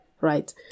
right